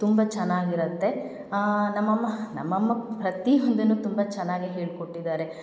ತುಂಬ ಚೆನ್ನಾಗಿರತ್ತೆ ನಮ್ಮ ಅಮ್ಮ ನಮ್ಮ ಅಮ್ಮ ಪ್ರತಿಯೊಂದನ್ನು ತುಂಬ ಚೆನ್ನಾಗೇ ಹೇಳಿಕೊಟ್ಟಿದ್ದಾರೆ